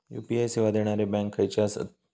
UPI सेवा देणारे bank खयचे आसत?